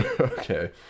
Okay